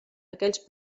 aquells